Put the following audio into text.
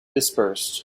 dispersed